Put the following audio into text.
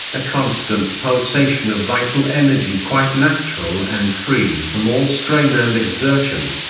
a constant pulsation of vital energy quite natural and free from all strain and exertion.